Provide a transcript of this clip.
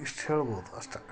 ಇಷ್ಟು ಹೇಳ್ಬೋದು ಅಷ್ಟೆ